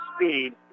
speed